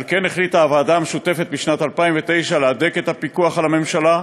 על כן החליטה הוועדה המשותפת בשנת 2009 להדק את הפיקוח על הממשלה,